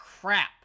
crap